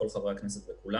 כמו